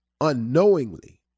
unknowingly